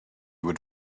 would